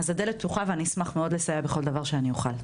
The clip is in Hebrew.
הדלת שלי פתוחה ואשמח מאוד לסייע בכל דב שאני אוכל.